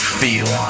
feel